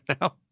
now